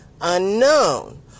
unknown